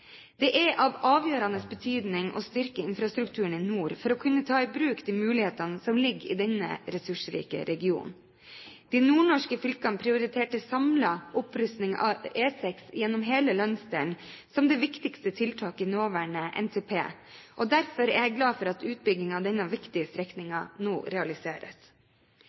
Det er av avgjørende betydning å styrke infrastrukturen i nord for å kunne ta i bruk de mulighetene som ligger i denne ressursrike regionen. De nordnorske fylkene prioriterte samlet opprusting av E6 gjennom hele landsdelen som det viktigste tiltaket i nåværende NTP, og derfor er jeg glad for at utbygging av denne viktige strekningen nå realiseres.